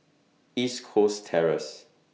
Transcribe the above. East Coast Terrace